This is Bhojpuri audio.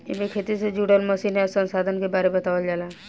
एमे खेती से जुड़ल मशीन आ संसाधन के बारे बतावल जाला